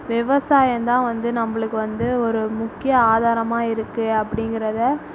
விவசாயம் தான் வந்து நம்பளுக்கு வந்து ஒரு முக்கிய ஆதாரமாக இருக்கு அப்படிங்கறதை